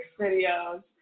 videos